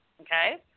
Okay